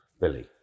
Billy